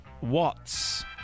Watts